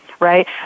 Right